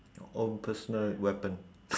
your own personal weapon